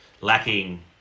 lacking